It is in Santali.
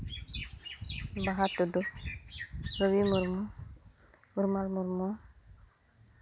ᱵᱟᱦᱟ ᱴᱩᱰᱩ ᱨᱚᱵᱤ ᱢᱩᱨᱢᱩ ᱯᱚᱨᱤᱢᱚᱞ ᱢᱩᱨᱢᱩ